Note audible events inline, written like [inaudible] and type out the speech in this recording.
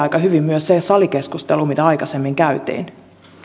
[unintelligible] aika hyvin myös se salikeskustelu mitä aikaisemmin käytiin [unintelligible]